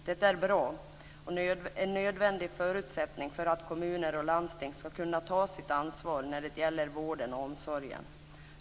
Det är bra och en nödvändig förutsättning för att kommuner och landsting ska kunna ta sitt ansvar när det gäller vården och omsorgen.